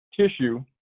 tissue